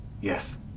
Yes